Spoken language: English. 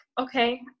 okay